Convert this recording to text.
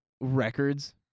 records